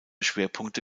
schwerpunkte